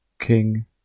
king